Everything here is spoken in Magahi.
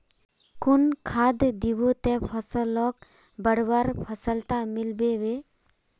कुन खाद दिबो ते फसलोक बढ़वार सफलता मिलबे बे?